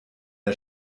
der